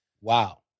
Wow